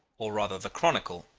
or rather the chronicle,